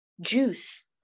juice